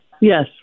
Yes